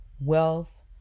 wealth